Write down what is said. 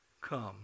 come